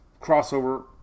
crossover